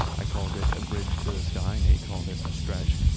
i called it, a bridge to the sky. nate called it, a stretch.